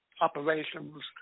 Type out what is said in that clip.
operations